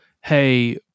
hey